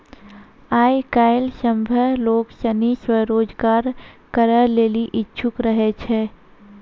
आय काइल सभ्भे लोग सनी स्वरोजगार करै लेली इच्छुक रहै छै